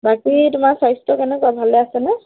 বাকী তোমাৰ স্বাস্থ্য কেনেকুৱা ভালে আছেনে